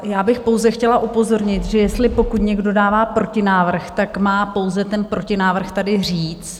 Já bych pouze chtěla upozornit, že pokud někdo dává protinávrh, tak má pouze ten protinávrh tady říct.